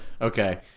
Okay